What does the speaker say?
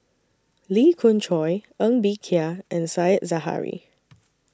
Lee Khoon Choy Ng Bee Kia and Said Zahari